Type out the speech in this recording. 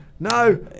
no